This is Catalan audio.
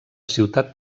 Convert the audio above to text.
ciutat